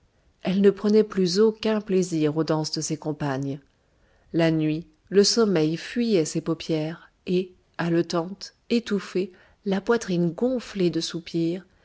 elle ne prenait plus aucun plaisir aux danses de ses compagnes la nuit le sommeil fuyait ses paupières et haletante étouffée la poitrine gonflée de soupirs